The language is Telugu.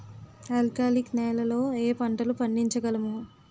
ఆల్కాలిక్ నెలలో ఏ పంటలు పండించగలము?